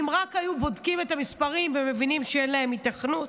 אם רק היום בודקים את המספרים ומבינים שאין להם היתכנות,